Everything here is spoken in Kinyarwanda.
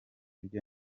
byo